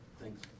Thanks